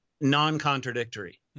non-contradictory